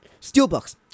steelbooks